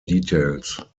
details